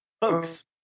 folks